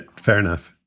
and fair enough